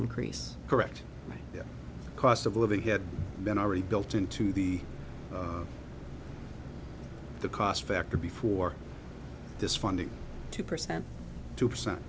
increase correct cost of living had been already built into the the cost factor before this funding two percent two percent